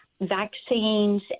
Vaccines